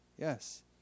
Yes